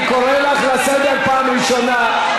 אני קורא אותך לסדר בפעם הראשונה.